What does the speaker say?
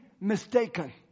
mistaken